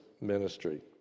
ministry